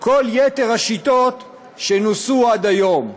כל יתר השיטות שנוסו עד היום.